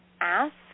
Ask